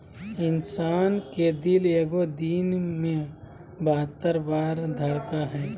इंसान के दिल एगो दिन मे बहत्तर बार धरकय हइ